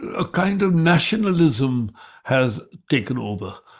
a kind of nationalism has taken over.